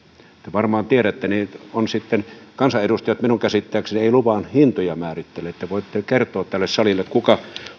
varmaan tiedätte kansanedustajat minun käsittääkseni eivät luvan hintoja määrittele niin että voitte kertoa tälle salille kuka